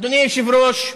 אדוני היושב-ראש,